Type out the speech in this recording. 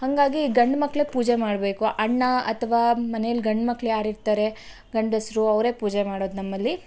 ಹಾಗಾಗಿ ಗಂಡು ಮಕ್ಕಳೇ ಪೂಜೆ ಮಾಡಬೇಕು ಅಣ್ಣ ಅಥವಾ ಮನೆಯಲ್ಲಿ ಗಂಡು ಮಕ್ಳು ಯಾರಿರ್ತಾರೆ ಗಂಡಸರು ಅವರೇ ಪೂಜೆ ಮಾಡೋದು ನಮ್ಮಲ್ಲಿ